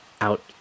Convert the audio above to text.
out